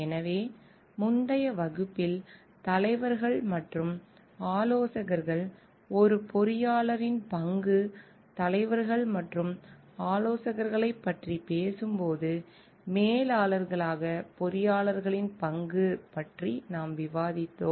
எனவே முந்தைய வகுப்பில் தலைவர்கள் மற்றும் ஆலோசகர்கள் ஒரு பொறியாளரின் பங்கு தலைவர்கள் மற்றும் ஆலோசகர்களைப் பற்றி பேசும்போது மேலாளர்களாக பொறியாளர்களின் பங்கு பற்றி நாம் விவாதித்தோம்